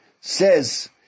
says